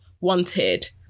wanted